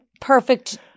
perfect